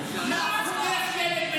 את הדבר המטונף הזה.